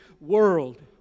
world